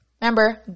Remember